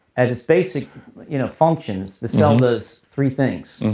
at its basic you know functions the cell does three things.